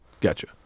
Gotcha